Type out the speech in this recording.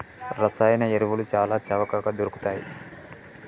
రసాయన ఎరువులు చాల చవకగ దొరుకుతయ్